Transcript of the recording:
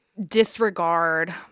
disregard